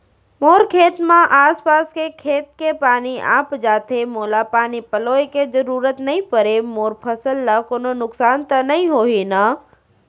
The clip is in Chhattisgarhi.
मोर खेत म आसपास के खेत के पानी आप जाथे, मोला पानी पलोय के जरूरत नई परे, मोर फसल ल कोनो नुकसान त नई होही न?